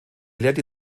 lehrte